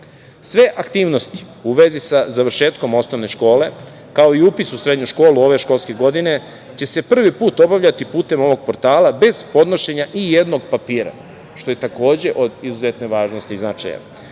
aktivnosti u vezi sa završetkom osnovne škole, kao i upis u srednju školu ove školske godine će se prvi put obavljati putem ovog portala bez podnošenja i jednog papira, što je takođe od izuzetne važnosti i značaja. Dakle,